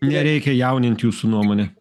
nereikia jaunint jūsų nuomone